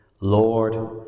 Lord